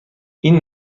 این